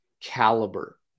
caliber